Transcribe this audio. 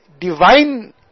divine